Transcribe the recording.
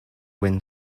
win